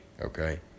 okay